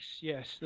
yes